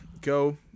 Go